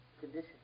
condition